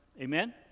amen